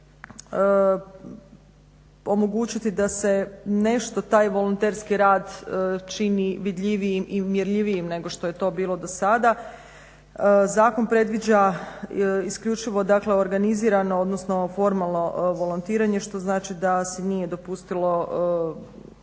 omogućiti da se nešto taj volonterski rad čini vidljivijim i marljivijim nego što je to bilo do sada. Zakon predviđa isključivo dakle organizirano odnosno formalno volontiranje što znači da se nije dopustilo